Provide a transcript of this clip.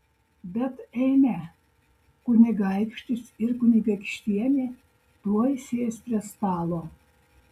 bet eime kunigaikštis su kunigaikštiene tuoj sės prie stalo